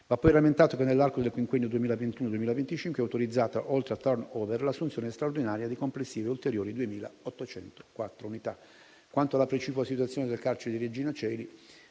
Va poi rammentato che nell'arco del quinquennio 2021-2025 è autorizzata, oltre al *turnover*, l'assunzione straordinaria di complessive ulteriori 2.804 unità. Quanto alla precipua situazione del carcere di Regina Coeli,